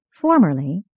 Formerly